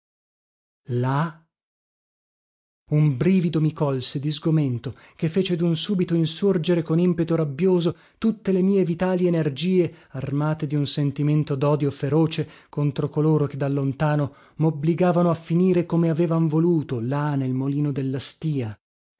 un brivido mi colse di sgomento che fece dun subito insorgere con impeto rabbioso tutte le mie vitali energie armate di un sentimento dodio feroce contro coloro che da lontano mobbligavano a finire come avevan voluto là nel molino della stìa